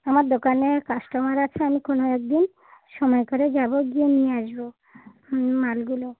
আমার দোকানে কাস্টোমার আছে আমি কোনো এক দিন সময় করে যাবো গিয়ে নিয়ে আসবো মালগুলো